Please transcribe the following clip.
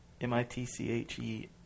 M-I-T-C-H-E